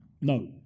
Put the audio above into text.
No